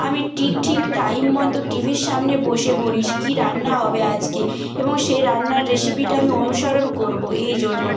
আমি টিক ঠিক টাইম মতো টিভির সামনে বসে পড়ি কি রান্না হবে আজকে এবং সেই রান্নার রেসিপিটা আমি অনুসরণ করবো এই জন্য